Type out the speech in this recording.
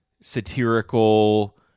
satirical